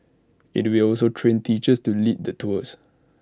IT will also train teachers to lead the tours